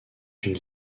une